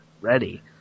ready